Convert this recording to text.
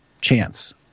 chance